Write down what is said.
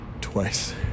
twice